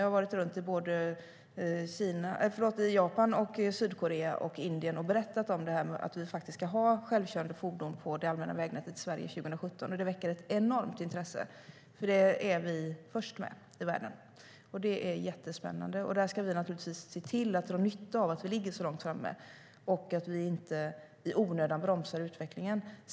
Jag har varit i såväl Japan och Sydkorea som Indien och berättat om det här och att vi faktiskt ska ha självkörande fordon på det allmänna vägnätet i Sverige 2017. Det väcker ett enormt intresse, för det är vi först med i världen. Det är jättespännande. Vi ska naturligtvis se till att vi drar nytta av att vi ligger så långt framme och att vi inte i onödan bromsar utvecklingen.